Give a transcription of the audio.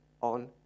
on